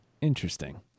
Interesting